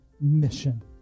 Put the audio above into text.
Mission